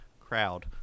crowd